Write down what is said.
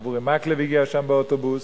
הרב אורי מקלב הגיע לשם באוטובוס